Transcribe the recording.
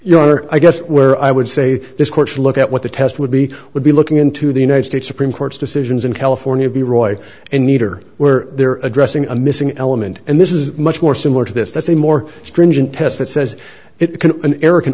you are i guess where i would say this court's look at what the test would be would be looking into the united states supreme court's decisions in california v roy and meter where they're addressing a missing element and this is much more similar to this that's a more stringent test that says it can an error can